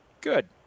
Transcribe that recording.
Good